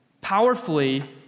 Powerfully